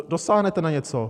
Dosáhnete na něco?